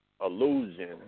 illusion